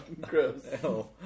Gross